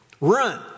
Run